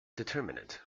determinant